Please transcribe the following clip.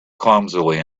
clumsily